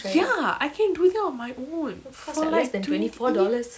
ya I can do that on my own for like twenty